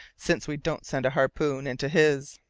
since we don't send a harpoon into his.